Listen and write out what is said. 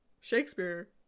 Shakespeare